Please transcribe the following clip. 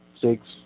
six